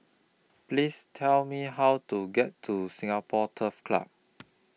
Please Tell Me How to get to Singapore Turf Club